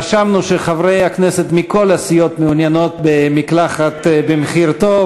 רשמנו שחברי הכנסת מכל הסיעות מעוניינים במקלחת במחיר טוב,